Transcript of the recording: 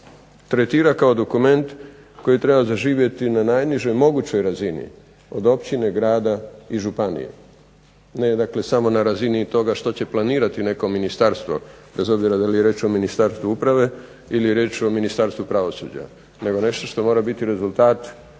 tretira kao dokument koji treba zaživjeti na najnižoj mogućoj razini, od općine, grada i županije. Ne dakle samo na razini i toga što će planirati neko ministarstvo, bez obzira da li je riječ o Ministarstvu uprave ili je riječ o Ministarstvu pravosuđa, nego nešto što mora biti rezultat